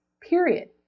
period